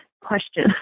question